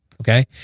okay